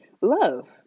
love